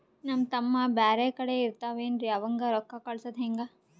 ನಮ್ ತಮ್ಮ ಬ್ಯಾರೆ ಕಡೆ ಇರತಾವೇನ್ರಿ ಅವಂಗ ರೋಕ್ಕ ಕಳಸದ ಹೆಂಗ?